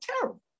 terrible